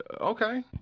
Okay